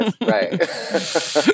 Right